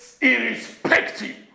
irrespective